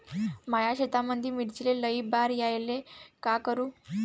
माया शेतामंदी मिर्चीले लई बार यायले का करू?